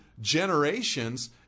generations